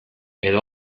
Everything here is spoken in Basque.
edo